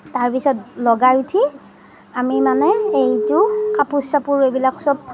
তাৰপিছত লগাই উঠি আমি মানে এইটো কাপোৰ চাপোৰ এইবিলাক চব